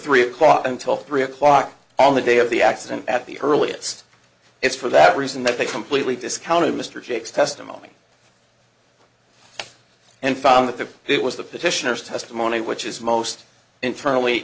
three o'clock until three o'clock on the day of the accident at the earliest it's for that reason that they completely discounted mr jakes testimony and found that it was the petitioners testimony which is most internally